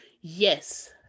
Yes